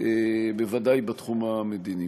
ודאי בתחום המדיני.